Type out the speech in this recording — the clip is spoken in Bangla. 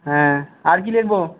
হ্যাঁ আর কি লিখবো